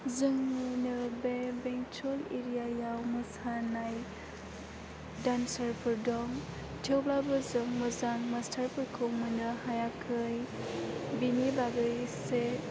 जोंनिनो बे बेंटल एरिया आव मोसानाय डानसार फोर दं थेवब्लाबो जों मास्टार फोरखौ मोननो हायाखै बेनि बागै एसे